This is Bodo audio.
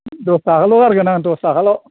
दस थाखाल' गारगोन आं दस थाखाल'